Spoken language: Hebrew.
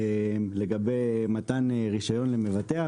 לגבי מתן רישיון למבטח: